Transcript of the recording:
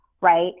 right